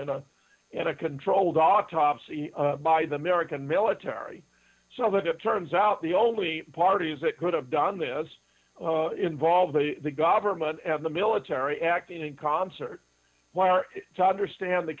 and a controlled autopsy by the american military so that it turns out the only parties that could have done this involving the government and the military acting in concert while to understand the